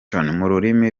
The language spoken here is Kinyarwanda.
rurimi